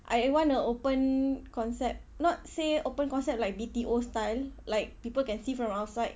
I want a open concept not say open concept like B_T_O style like people can see from outside